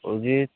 जुदि